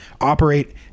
operate